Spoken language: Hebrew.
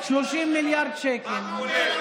30 מיליארד שקל, מה כולל?